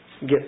get